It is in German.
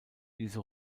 diese